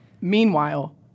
Meanwhile